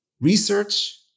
Research